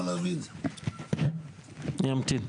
אני אמתין.